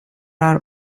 are